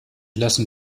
lassen